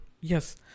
Yes